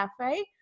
cafe